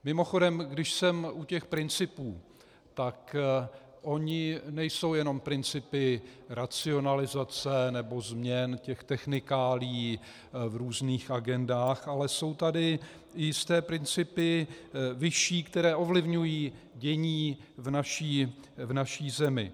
Mimochodem, když jsem u těch principů, tak ony nejsou jenom principy racionalizace nebo změn těch technikálií v různých agendách, ale jsou tady i jisté principy vyšší, které ovlivňují dění v naší zemi.